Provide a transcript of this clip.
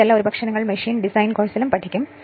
ഇതെല്ലാം ഒരുപക്ഷേ നിങ്ങൾ മെഷീൻ ഡിസൈൻ കോഴ്സിലും പഠിക്കും